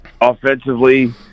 Offensively